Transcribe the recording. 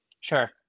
Sure